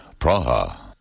Praha